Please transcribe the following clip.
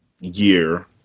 year